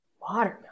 watermelon